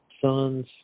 sons